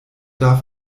darf